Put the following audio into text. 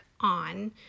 on